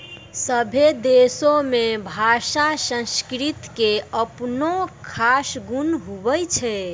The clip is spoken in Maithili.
सभै देशो रो भाषा संस्कृति के अपनो खास गुण हुवै छै